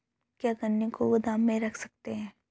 क्या गन्ने को गोदाम में रख सकते हैं?